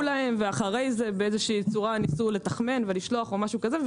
להם ואחר כך באיזושהי צורה ניסו לתחמן ולשלוח או משהו כזה.